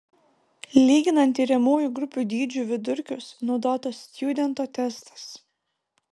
lyginant tiriamųjų grupių dydžių vidurkius naudotas stjudento testas